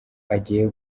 agiye